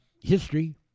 history